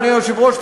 אדוני היושב-ראש,